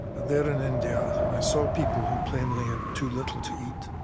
there in india i saw people who plainly had too little to eat,